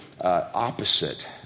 opposite